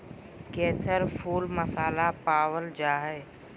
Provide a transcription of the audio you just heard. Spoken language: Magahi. केसर फुल मसाला पावल जा हइ